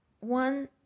one